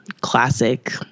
classic